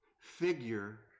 figure